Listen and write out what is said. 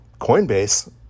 Coinbase